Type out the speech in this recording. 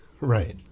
right